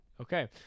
Okay